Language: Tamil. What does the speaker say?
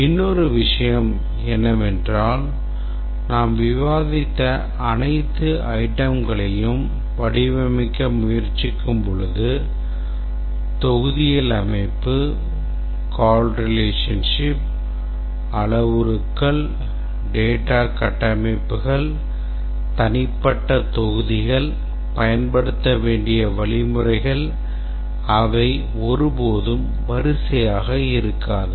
இன்னொரு விஷயம் என்னவென்றால் நாம் விவாதித்த அனைத்து itemகளையும் வடிவமைக்க முயற்சிக்கும்போது தொகுதிகள் அமைப்பு call relationships அளவுருக்கள் data கட்டமைப்புகள் தனிப்பட்ட தொகுதிகள் பயன்படுத்த வேண்டிய வழிமுறைகள் அவை ஒருபோதும் வரிசையாக இருக்காது